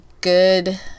good